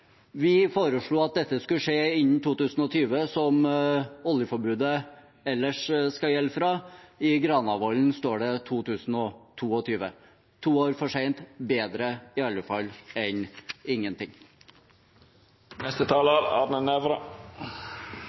Vi foreslo at dette skulle skje innen 2020, som oljeforbudet ellers skal gjelde fra. I Granavolden-plattformen står det 2022. To år for seint – i alle fall bedre enn